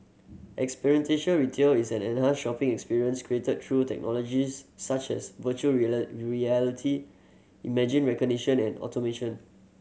experiential retail is an enhanced shopping experience created through the technologies such as virtual reality image recognition and automation